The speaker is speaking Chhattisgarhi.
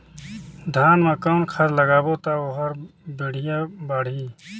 धान मा कौन खाद लगाबो ता ओहार बेडिया बाणही?